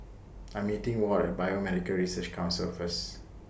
I'm meeting Ward At Biomedical Research Council First